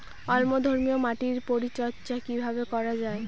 অম্লধর্মীয় মাটির পরিচর্যা কিভাবে করা যাবে?